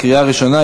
לקריאה ראשונה.